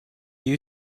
you